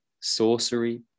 sorcery